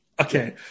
Okay